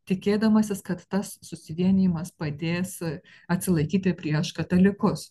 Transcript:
tikėdamasis kad tas susivienijimas padės atsilaikyti prieš katalikus